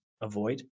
avoid